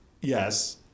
Yes